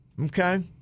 Okay